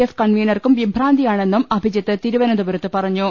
F കൺവീ നർക്കും വിഭ്രാന്തിയാണെന്നും അഭിജിത്ത് തിരുവനന്തപുരത്ത് പറ ഞ്ഞു